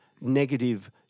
negative